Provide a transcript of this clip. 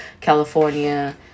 California